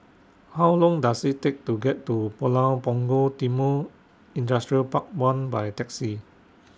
How Long Does IT Take to get to Pulau Punggol Timor Industrial Park one By Taxi